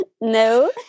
no